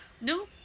No